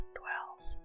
dwells